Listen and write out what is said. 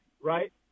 right